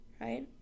right